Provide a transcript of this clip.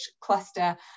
Cluster